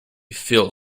feel